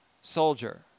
soldier